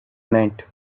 night